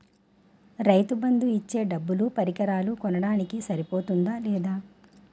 రైతు బందు ఇచ్చే డబ్బులు పరికరాలు కొనడానికి సరిపోతుందా లేదా?